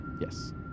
Yes